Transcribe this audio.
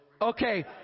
Okay